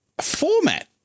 format